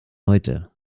heute